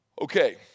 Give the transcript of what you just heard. okay